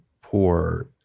poor